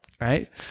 right